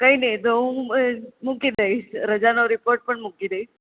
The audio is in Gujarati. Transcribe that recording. કઈ દેજો હું મૂકી દઇશ રજાનો રિપોર્ટ પણ મૂકી દઇશ